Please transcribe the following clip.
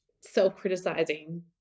self-criticizing